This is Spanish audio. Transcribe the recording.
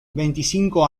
veinticinco